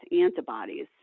antibodies